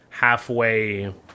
halfway